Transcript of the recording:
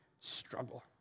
struggle